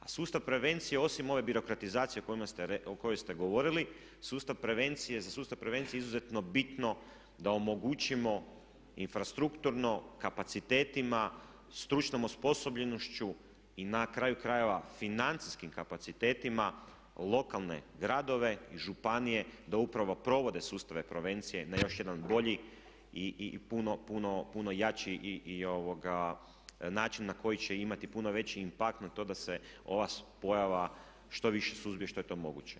A sustav prevencije osim ove birokratizacije o kojoj ste govorili za sustav prevencije je izuzetno bitno da omogućimo infrastrukturno kapacitetima, stručnom osposobljenošću i na kraju krajeva financijskim kapacitetima lokalne gradove i županije da upravo provode sustave prevencije na još jedan bolji i puno jači način na koji će imati puno veći impakt na to da se ova pojava što više suzbije što je to moguće.